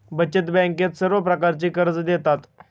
बचत बँकेत सर्व प्रकारची कर्जे देतात